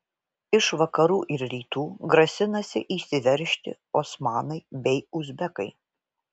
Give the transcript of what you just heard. iš vakarų ir rytų grasinasi įsiveržti osmanai bei uzbekai